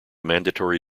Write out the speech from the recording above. mandatory